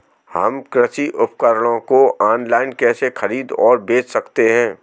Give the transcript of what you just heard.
हम कृषि उपकरणों को ऑनलाइन कैसे खरीद और बेच सकते हैं?